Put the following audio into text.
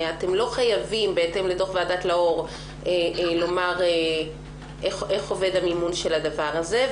אתם לא חייבים בהתאם לדוח ועדת לאור לומר איך עובד המימון של הדבר הזה,